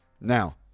Now